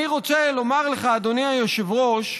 אני רוצה לומר לך, אדוני היושב-ראש,